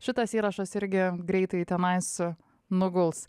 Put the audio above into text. šitas įrašas irgi greitai tenais nuguls